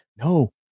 No